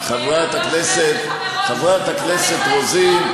חברת הכנסת רוזין,